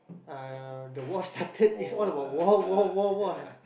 ah the war started it's all about war war war war